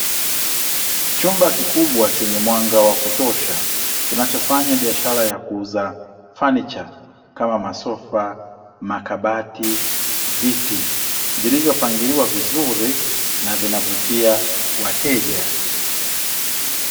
Chumba kikubwa chenye mwanga wa kutosha kinachofanya biashara ya kuuza fanicha kama masofa, makabati, viti vilivyopangiliwa vizuri na vinavutia wateja.